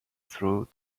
through